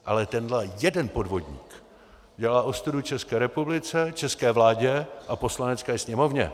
Ale tenhle jeden podvodník dělá ostudu České republice, české vládě a Poslanecké sněmovně.